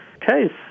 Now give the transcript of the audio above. case